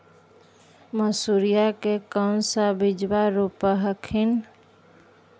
मसुरिया के कौन सा बिजबा रोप हखिन?